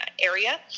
area